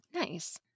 nice